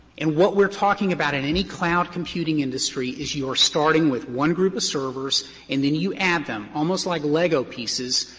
and what we're talking about in any cloud computing industry is you're starting with one group of servers and then you add them, almost like lego pieces,